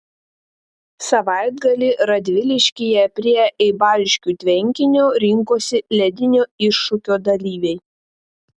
savaitgalį radviliškyje prie eibariškių tvenkinio rinkosi ledinio iššūkio dalyviai